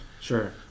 Sure